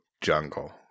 jungle